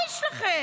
מה יש לכם?